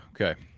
okay